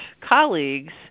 colleagues